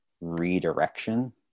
redirection